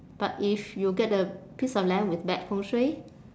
but if you get a piece of land with bad 风水